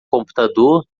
computador